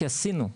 כי עשינו.